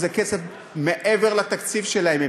זה כסף שהם קיבלו מעבר לתקציב שלהם.